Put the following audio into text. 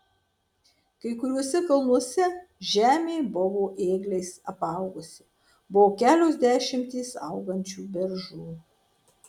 kai kuriuose kalnuose žemė buvo ėgliais apaugusi buvo kelios dešimtys augančių beržų